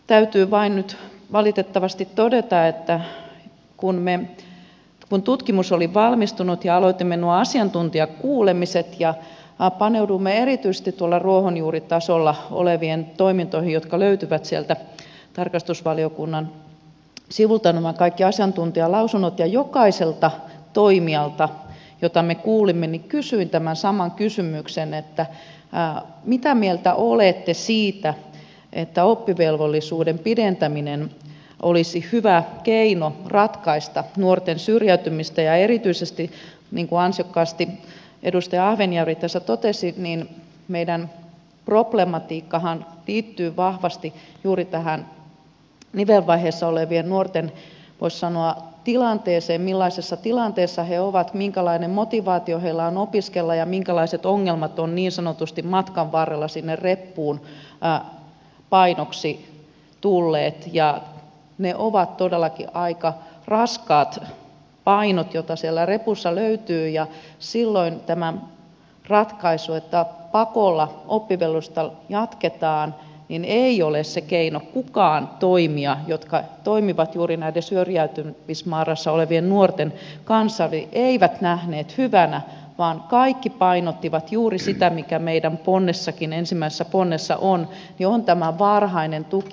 täytyy vain nyt valitettavasti todeta että kun tutkimus oli valmistunut ja aloitimme nuo asiantuntijakuulemiset ja paneuduimme erityisesti tuolla ruohonjuuritasolla oleviin toimintoihin nämä kaikki asiantuntijalausunnot löytyvät sieltä tarkastusvaliokunnan sivuilta niin jokaiselta toimijalta jota me kuulimme kysyin tämän saman kysymyksen että mitä mieltä olette siitä että oppivelvollisuuden pidentäminen olisi hyvä keino ratkaista nuorten syrjäytymistä ja erityisesti niin kuin ansiokkaasti edustaja ahvenjärvi tässä totesi meidän problematiikkahan liittyy vahvasti juuri tähän nivelvaiheessa olevien nuorten voisi sanoa tilanteeseen siihen millaisessa tilanteessa he ovat minkälainen motivaatio heillä on opiskella ja minkälaiset ongelmat ovat niin sanotusti matkan varrella sinne reppuun painoksi tulleet ja ne ovat todellakin aika raskaat painot joita sieltä repusta löytyy ja silloin tämä ratkaisu että pakolla oppivelvollisuutta jatketaan ei ole se keino niin kukaan toimija joka toimi juuri näiden syrjäytymisvaarassa olevien nuorten kanssa ei nähnyt sitä hyvänä vaan kaikki painottivat juuri sitä mikä meidän ponnessakin ensimmäisessä ponnessa on tämä varhainen tuki